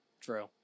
true